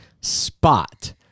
spot